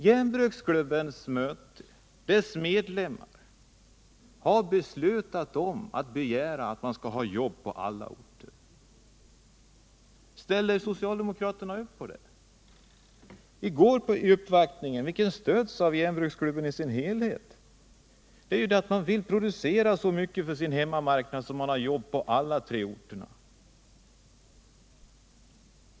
Järnbruksklubbens medlemmar har beslutat att man skall begära att få behålla jobben på alla orter. Ställer socialdemokraterna upp på det? De krav som framfördes i går vid uppvaktningen stöds av järnbruksklubben i dess helhet, och de kraven innebär att man vill producera så mycket för hemmamarknaden att man har jobb på alla tre orterna.